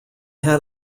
had